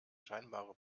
scheinbare